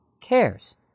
cares